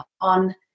on